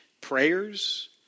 prayers